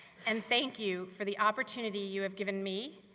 and thank you for the opportunity you have given me,